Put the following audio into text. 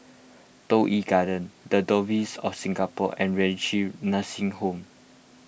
Toh Yi Garden the Diocese of Singapore and Renci Nursing Home